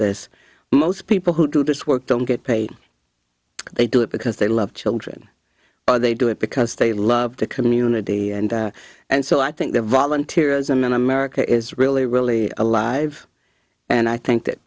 this most people who do this work don't get paid they do it because they love children they do it because they love the community and and so i think the volunteers i'm in america is really really alive and i think that